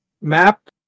map